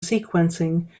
sequencing